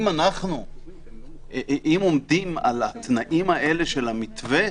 אני חושב אם עומדים על התנאים האלה של המתווה,